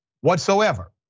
whatsoever